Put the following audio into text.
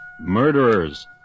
murderers